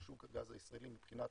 של שוק הגז הישראלי מבחינת